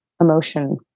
emotion